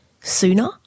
sooner